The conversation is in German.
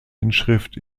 inschrift